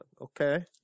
Okay